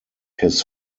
his